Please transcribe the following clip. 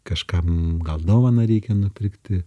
kažkam gal dovaną reikia nupirkti